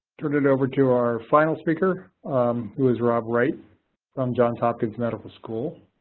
turn it over to our final speaker who is rob wright from johns hopkins medical school.